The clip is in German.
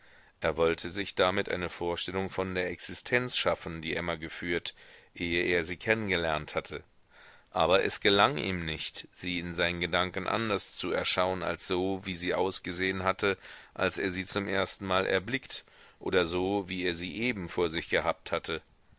er wollte sich damit eine vorstellung von der existenz schaffen die emma geführt ehe er sie kennen gelernt hatte aber es gelang ihm nicht sie in seinen gedanken anders zu erschauen als so wie sie ausgesehen hatte als er sie zum ersten male erblickt oder so wie er sie eben vor sich gehabt hatte